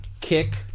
kick